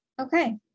Okay